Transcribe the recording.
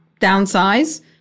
downsize